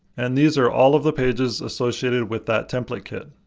and these are all of the pages associated with that template kit.